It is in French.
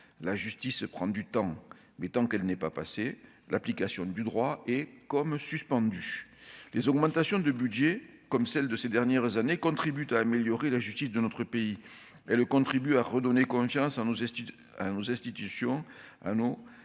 La justice prend du temps, mais tant qu'elle n'est pas passée, l'application du droit est comme suspendue. Les augmentations de budget comme celles de ces dernières années contribuent à améliorer la justice de notre pays et à renouer la confiance entre les citoyens